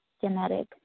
genetic